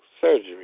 surgery